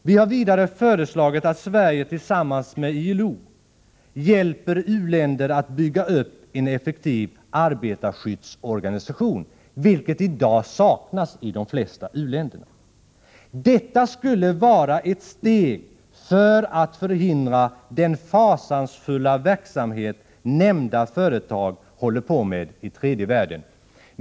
Vi har vidare föreslagit att Sverige tillsammans med ILO hjälper u-länder att bygga upp en effektiv arbetarskyddsorganisation, vilket i dag saknas i de flesta u-länder. Detta skulle vara ett steg för att förhindra den fasansfulla verksamhet nämnda företag håller på med i tredje världen.